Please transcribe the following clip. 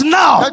now